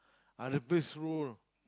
other place roll